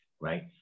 Right